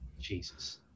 Jesus